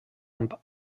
amb